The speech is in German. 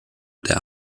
der